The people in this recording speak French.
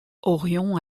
orion